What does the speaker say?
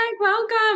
Welcome